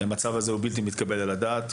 המצב הזה הוא בלתי מתקבל על הדעת.